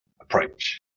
approach